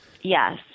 Yes